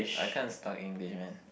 I kinda stuck English man